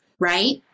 right